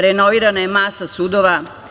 Renovirana je masa sudova.